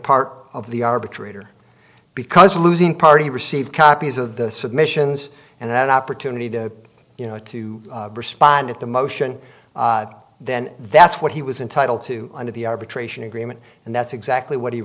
part of the arbitrator because the losing party received copies of the submissions and an opportunity to you know to respond at the motion then that's what he was entitled to under the arbitration agreement and that's exactly what he